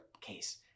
case